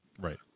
right